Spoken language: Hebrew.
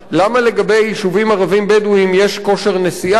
למה לגבי יישובים ערביים בדואיים יש כושר נשיאה,